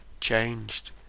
changed